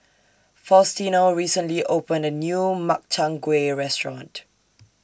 Faustino recently opened A New Makchang Gui Restaurant